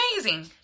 amazing